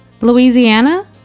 Louisiana